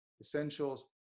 essentials